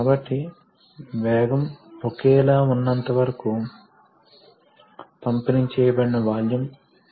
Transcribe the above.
కాబట్టి ఆ వెలాసిటీ ప్రవాహం నుండి వస్తుంది సరియైనది కాబట్టి ప్రవాహం అంటే ఏమిటి ప్రవాహం రేటు అంటే ఏమిటి ఎందుకంటే తదుపరి రేఖాచిత్రాన్ని చూద్దాం ఈ చిత్రం స్పష్టంగా ఉంది